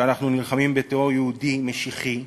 שאנחנו נלחמים בטרור יהודי משיחי,